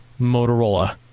motorola